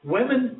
Women